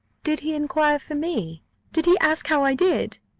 did he inquire for me did he ask how i did?